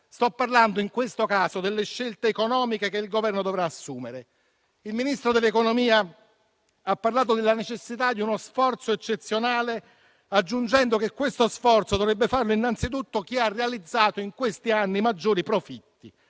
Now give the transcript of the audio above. Sto parlando in questo caso delle scelte economiche che il Governo dovrà assumere. Il Ministro dell'economia ha parlato della necessità di uno sforzo eccezionale, aggiungendo che questo sforzo dovrebbe farlo innanzitutto chi ha realizzato in questi anni maggiori profitti.